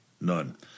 None